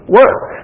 work